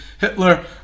Hitler